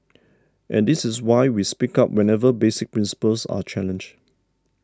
and this is why we speak up whenever basic principles are challenged